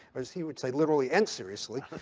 as he would say literally and seriously,